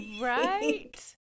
Right